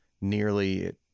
nearly